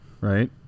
right